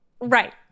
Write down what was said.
Right